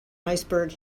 iceberg